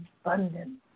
abundance